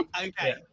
Okay